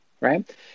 right